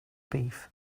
beef